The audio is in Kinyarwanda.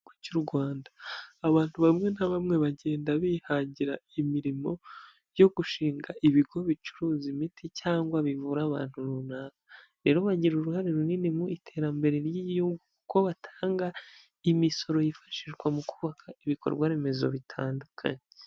Mu gihugu cy'u Rwanda, abantu bamwe na bamwe bagenda bihangira imirimo yo gushinga ibigo bicuruza imiti cyangwa bivura abantu runaka, rero bagira uruhare runini mu iterambere ry'igihugu kuko batanga imisoro yifashishwa mu kubaka ibikorwa remezo bitandukanye.